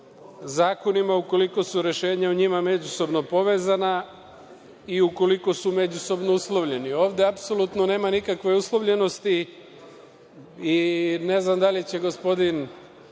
zakonima ukoliko su rešenja u njima međusobno povezana i ukoliko su međusobno uslovljeni. Ovde apsolutno nema nikakve uslovljenosti i ne znam da li će gospodin